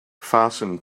fasten